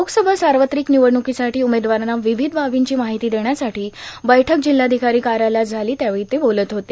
लोकसभा सावत्रिक र्भिनवडणुकांसाठी उमेदवारांना र्वावध बाबींची मार्ाहती देण्यासाठी बैठक जिल्हाधिकारां कायालयात झालां त्यावेळी ते बोलत होते